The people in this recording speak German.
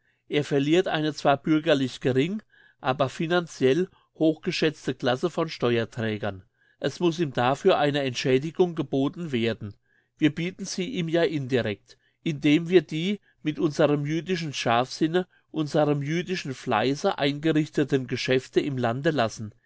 er verliert eine zwar bürgerlich gering aber finanziell hochgeschätzte classe von steuerträgern es muss ihm dafür eine entschädigung geboten werden wir bieten sie ihm ja indirect indem wir die mit unserem jüdischen scharfsinne unserem jüdischen fleisse eingerichteten geschäfte im lande lassen